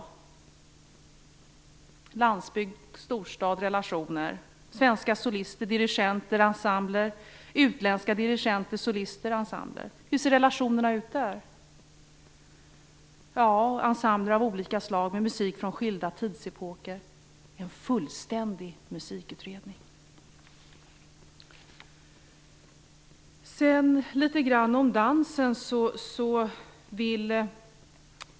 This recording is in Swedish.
Hurdan är relationen mellan landsbygd och storstad och den mellan svenska solister, dirigenter och ensembler och utländska solister, dirigenter och ensembler? Det gäller ensembler av olika slag med musik från skilda tidsepoker - en fullständig musikutredning! Sedan litet grand om dansen.